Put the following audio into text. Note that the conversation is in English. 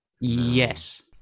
Yes